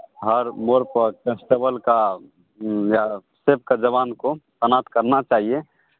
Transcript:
हर मोड़ पर कंस्टबल का या सेफ का जवान को तैनात करना चाहिए